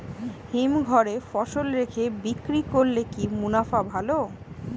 হিমঘরে ফসল রেখে বিক্রি করলে কি মুনাফা ভালো?